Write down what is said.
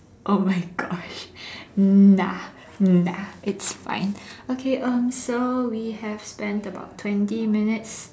oh my gosh nah nah it's fine okay um so we have spent about twenty minutes